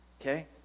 Okay